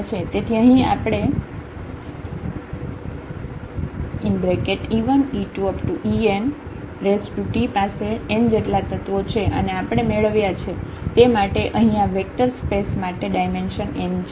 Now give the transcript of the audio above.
તેથી અહીં આપણી e1e2enT પાસે n જેટલા તત્વો છે અને આપણે મેળવ્યા છે તે માટે અહીં આ વેક્ટર સ્પેસ માટે ડાયમેન્શન n છે